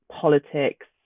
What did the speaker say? politics